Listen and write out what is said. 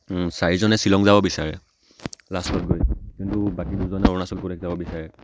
চাৰিজনে শ্বিলং যাব বিচাৰে লাষ্টত গৈ কিন্তু বাকী দুজনে অৰুণাচল প্ৰদেশ যাব বিচাৰে